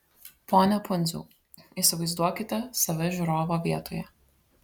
pone pundziau įsivaizduokite save žiūrovo vietoje